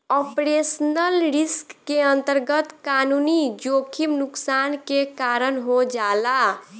operational risk के अंतरगत कानूनी जोखिम नुकसान के कारन हो जाला